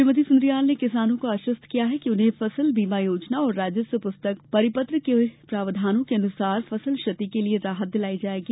श्रीमती सुन्द्रियाल ने किसानों को आश्वस्त किया कि उन्हें फसल बीमा योजना और राजस्व पुस्तक परिपत्र के प्रावधानों के अनुसार फसल क्षति के लिए राहत दिलाई जायेगी